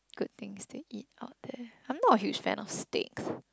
good things to eat out there I'm not a huge fan of stakes